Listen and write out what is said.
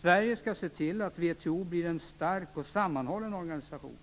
Sverige skall se till att WTO blir en stark och sammanhållen organisation.